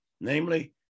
namely